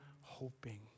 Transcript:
hoping